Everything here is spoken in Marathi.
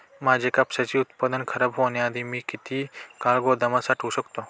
माझे कापसाचे उत्पादन खराब होण्याआधी मी किती काळ गोदामात साठवू शकतो?